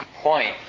point